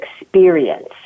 experience